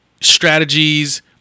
strategies